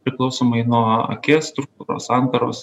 priklausomai nuo akies struktūros sandaros